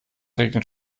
regnet